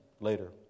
later